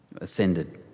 ascended